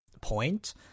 point